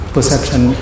Perception